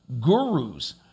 gurus